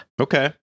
Okay